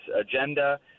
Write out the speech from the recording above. agenda